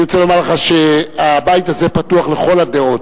אני רוצה לומר לך שהבית הזה פתוח לכל הדעות.